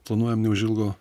planuojam neužilgo